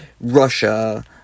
Russia